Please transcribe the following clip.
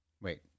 Wait